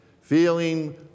feeling